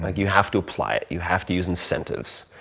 like you have to apply it. you have to use incentives.